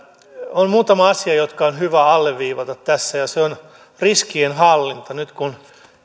on yksi asia jota on hyvä alleviivata tässä ja se on riskienhallinta nyt kun